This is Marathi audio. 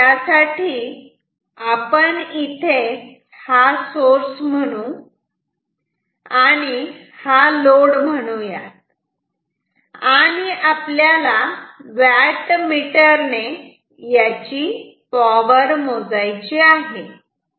तेव्हा आपण इथे हा सोर्स म्हणू हा लोड म्हणूयात आणि आपल्याला व्याट मीटर ने याची पॉवर मोजायची आहे